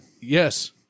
yes